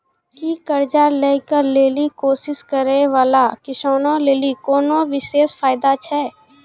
कि कर्जा लै के लेली कोशिश करै बाला किसानो लेली कोनो विशेष फायदा छै?